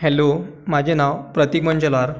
hello माझे नाव प्रतिमन जेलार